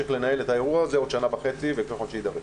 המשל"ט ימשיך לנהל את האירוע הזה עוד שנה וחצי וככל שיידרש.